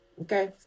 Okay